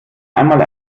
einmal